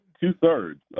two-thirds